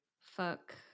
fuck